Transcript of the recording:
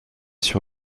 sur